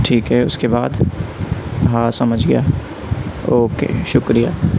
ٹھیک ہے اس کے بعد ہاں سمجھ گیا اوکے شکریہ